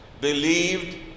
believed